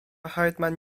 hartmann